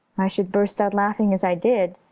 i should burst out laughing as i did.